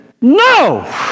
no